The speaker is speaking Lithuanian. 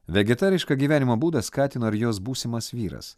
vegetarišką gyvenimo būdą skatino ir jos būsimas vyras